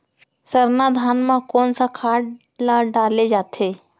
सरना धान म कोन सा खाद ला डाले जाथे?